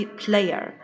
player，